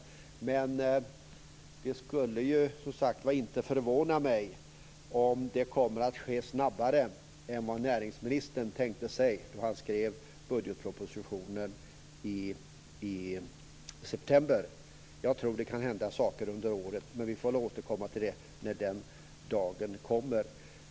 Men det skulle ju som sagt var inte förvåna mig om det kommer att ske snabbare än vad näringsministern tänkte sig när han skrev budgetpropositionen i september. Jag tror att det kan hända saker under året, men vi får återkomma till det när den dagen kommer.